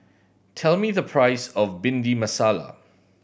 tell me the price of Bhindi Masala